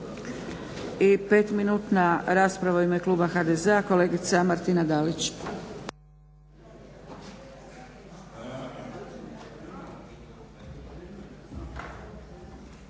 I pet minutna rasprava u ime kluba HDZ-a kolegica Martina Dalić.